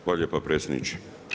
Hvala lijepa predsjedniče.